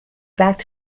back